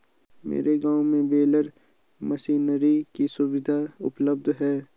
मेरे गांव में बेलर मशीनरी की सुविधा उपलब्ध है